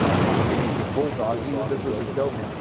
ah huxley was his bulldog you know this was his doberman. ah